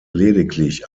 lediglich